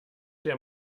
der